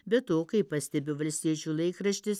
be to kaip pastebi valstiečių laikraštis